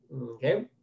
Okay